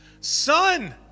Son